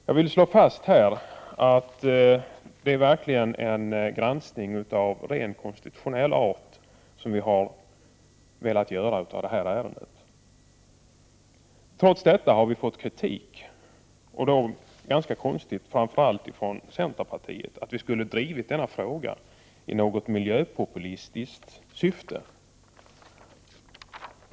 Jag vill slå fast att den granskning som vi har velat göra av det här ärendet verkligen är av konstitutionell art. Trots detta har vi framför allt från centerpartiet fått en ganska konstig kritik, för att vi skulle ha drivit denna fråga i något miljöpopulistiskt syfte.